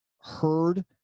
heard